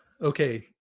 Okay